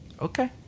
Okay